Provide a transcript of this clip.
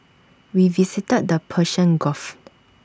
we visited the Persian gulf